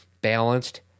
balanced